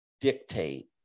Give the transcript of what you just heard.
dictate